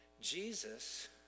Jesus